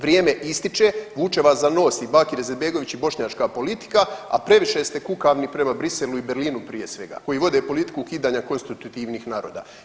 Vrijeme ističe, vuče vas za nos i Bakir Izetbegović i bošnjačka politika, a previše ste kukavni prema Bruxellesu i Berlinu prije svega koji vode politiku ukidanja konstitutivnih naroda.